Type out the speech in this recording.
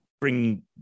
bring